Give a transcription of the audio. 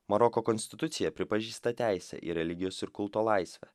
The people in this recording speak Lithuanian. maroko konstitucija pripažįsta teisę į religijos ir kulto laisvę